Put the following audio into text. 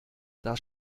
das